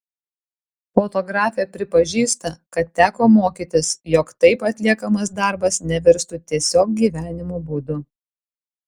fotografė pripažįsta kad teko mokytis jog taip atliekamas darbas nevirstų tiesiog gyvenimo būdu